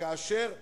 שכאשר מקצצים,